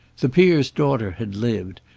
the peer's daughter had lived,